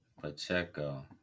Pacheco